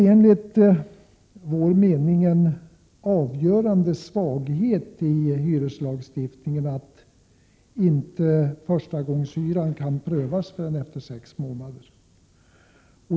Det är en avgörande svaghet i hyreslagstiftningen att förstagångshyran inte kan prövas förrän efter sex månader.